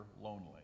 lonely